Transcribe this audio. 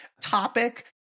topic